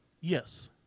Yes